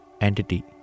entity